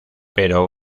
pero